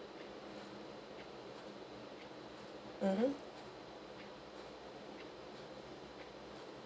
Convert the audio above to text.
mmhmm